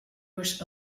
was